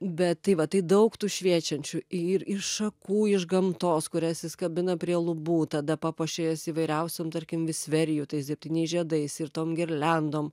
bet tai va tai daug tų šviečiančių ir iš šakų iš gamtos kurias jis kabina prie lubų tada papuošia jas įvairiausiom tarkim visverijų tais zeptyniais žiedais ir tom girliandom